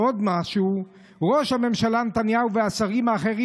ועוד משהו: ראש הממשלה נתניהו והשרים האחרים